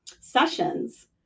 sessions